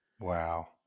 Wow